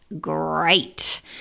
great